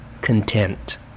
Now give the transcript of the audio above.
content